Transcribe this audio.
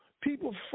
people